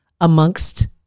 amongst